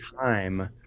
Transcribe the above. time